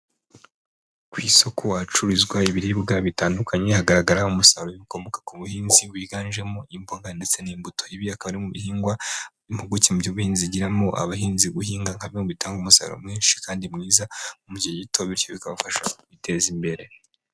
Ku isoko ahacururizwa ibiribwa bitandukanye. Hagaragara umusaruro w'ibikomoka ku buhinzi, wiganjemo imboga ndetse n'imbuto. Ibi akaba ari mu bihingwa impuguke mu by'ubuhinzi zigiramo abahinzi guhinga, nka bimwe mu bitanga umusaruro mwinshi kandi mwiza mu gihe gito, bityo bikabafasha kwiteza imbere.